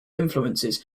influences